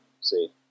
See